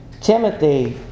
Timothy